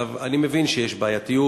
אני מבין שיש בעייתיות.